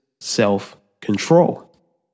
self-control